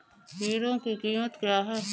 Hero की कीमत क्या है?